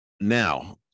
Now